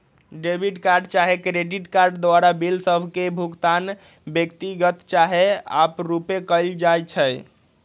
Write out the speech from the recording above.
debit चाहे credit card द्वारा bill सभ के भुगतान व्यक्तिगत चाहे आपरुपे कएल जाइ छइ